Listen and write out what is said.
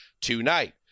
tonight